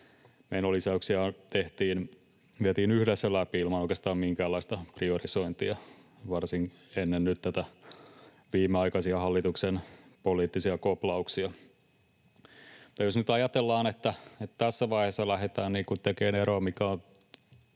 menolisäyksiä vietiin yhdessä läpi ilman oikeastaan minkäänlaista priorisointia, ennen nyt näitä viimeaikaisia hallituksen poliittisia koplauksia. Jos nyt ajatellaan, että tässä vaiheessa lähdetään tekemään eroa, mikä on